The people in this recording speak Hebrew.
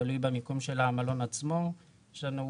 זה תלוי במיקום של המלון עצמו.